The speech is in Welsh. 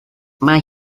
mae